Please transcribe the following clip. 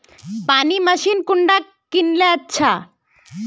पानी मशीन कुंडा किनले अच्छा?